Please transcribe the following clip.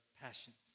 passions